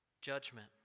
judgment